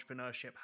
entrepreneurship